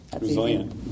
Resilient